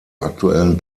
aktuellen